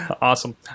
awesome